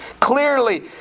clearly